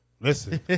Listen